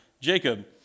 Jacob